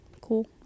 cool